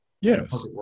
Yes